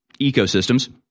ecosystems